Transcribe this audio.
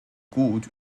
gut